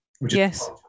Yes